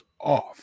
off